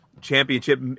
championship